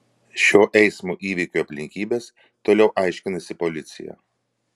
šio eismo įvykio aplinkybes toliau aiškinasi policija